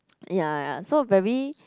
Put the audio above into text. ya so very